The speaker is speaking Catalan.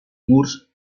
murs